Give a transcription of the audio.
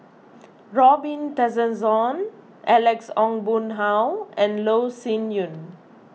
Robin Tessensohn Alex Ong Boon Hau and Loh Sin Yun